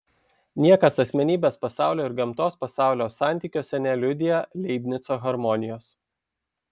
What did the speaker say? niekas asmenybės pasaulio ir gamtos pasaulio santykiuose neliudija leibnico harmonijos